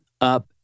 up